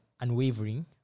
unwavering